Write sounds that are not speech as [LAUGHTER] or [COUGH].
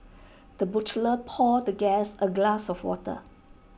[NOISE] the butler poured the guest A glass of water